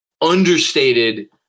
understated